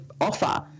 offer